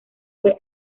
fue